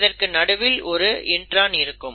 இதற்கு நடுவில் ஒரு இன்ட்ரான் இருக்கும்